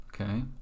okay